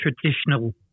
traditional